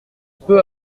peut